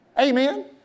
Amen